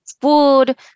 food